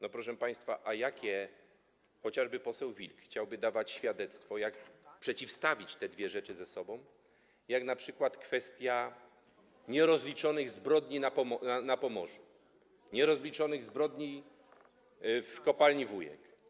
No, proszę państwa, a jakie chociażby poseł Wilk chciałby dawać świadectwo, jak przeciwstawić te dwie rzeczy, jak np. kwestia nierozliczonych zbrodni na Pomorzu, nierozliczonych zbrodni w kopalni Wujek?